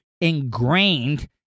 ingrained